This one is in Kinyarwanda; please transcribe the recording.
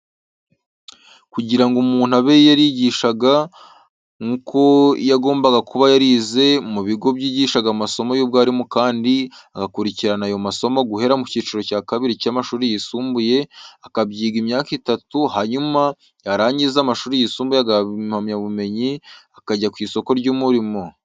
Kugira ngo umuntu abe yarigishaga nuko yagombaga kuba yarize mu bigo byigishaga amasomo y'ubwarimu kandi agakurikirana ayo masomo guhera mu cyiciro cya kabiri cy'amashuri yisumbuye, akabyiga imyaka itatu, hanyuma yarangiza amashuri yisumbuye agahabwa impamyabumenyi akajya ku isoko ry'umurimo.